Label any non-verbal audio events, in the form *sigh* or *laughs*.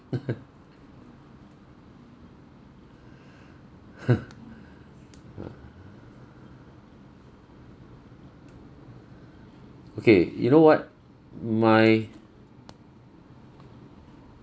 *laughs* *laughs* ah okay you know what my